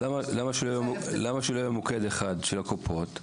למה שלא יהיה מוקד אחד של הקופות?